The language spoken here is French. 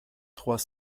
trois